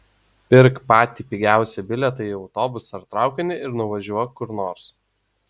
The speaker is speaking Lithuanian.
pirk patį pigiausią bilietą į autobusą ar traukinį ir nuvažiuok kur nors